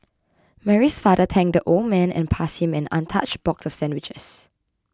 Mary's father thanked the old man and passed him an untouched box of sandwiches